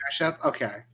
okay